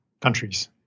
countries